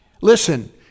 Listen